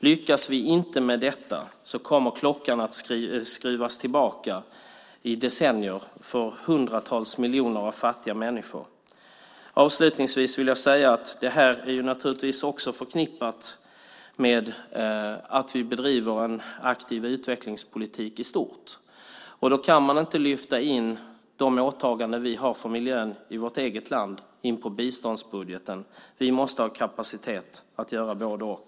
Om vi inte lyckas med detta kommer klockan att skruvas tillbaka i decennier för hundratals miljoner fattiga människor. Avslutningsvis vill jag säga att det här naturligtvis också är förknippat med att vi bedriver en aktiv utvecklingspolitik i stort. Då kan man inte lyfta in de åtaganden vi har för miljön i vårt eget land i biståndsbudgeten. Vi måste ha kapacitet att göra både-och.